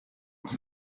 its